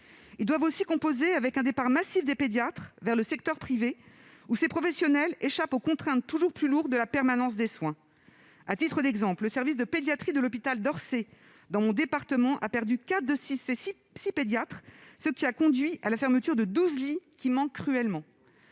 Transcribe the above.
Ils doivent aussi composer avec un départ massif des pédiatres vers le secteur privé, où ces professionnels échappent aux contraintes toujours plus lourdes de la permanence des soins. À titre d'exemple, le service de pédiatrie de l'hôpital d'Orsay, dans mon département, l'Essonne, a perdu quatre de ses six pédiatres, ce qui a conduit à la fermeture de douze lits, qui manquent désormais cruellement.